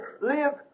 live